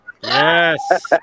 Yes